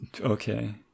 Okay